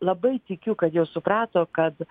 labai tikiu kad jau suprato kad